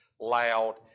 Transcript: loud